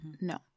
No